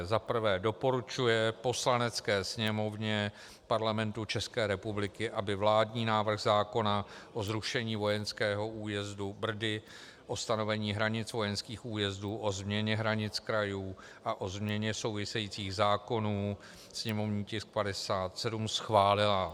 1. doporučuje Poslanecké sněmovně Parlamentu České republiky, aby vládní návrh zákona o zrušení vojenského újezdu Brdy, o stanovení hranic vojenských újezdů, o změně hranic krajů a o změně souvisejících zákonů, sněmovní tisk 57, schválila;